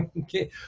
Okay